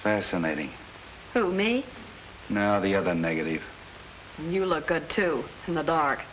fascinating to me the other negative you look good too in the dark